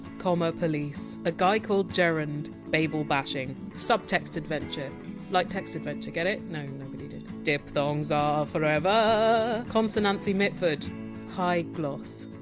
comma police a guy called gerund babel bashing subtext adventure like text adventure, get it? no, nobody did diphthongs are forever consonancy mitford high gloss